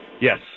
Yes